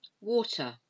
Water